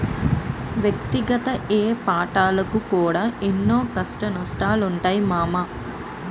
వ్యక్తిగత ఏపారాలకు కూడా ఎన్నో కష్టనష్టాలుంటయ్ మామా